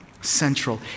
Central